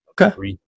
okay